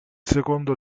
secondo